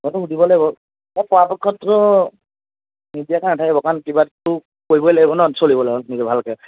ঘৰতো সুধিব লাগিব পৰাপক্ষত তোৰ নিদিয়াকৈ নেথাকে বাৰু কাৰণ কিবা এটাটো কৰিবই লাগিব নহয় চলিবলৈ হ'লে নিজে ভালকৈ